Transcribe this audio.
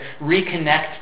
reconnect